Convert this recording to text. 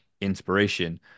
inspiration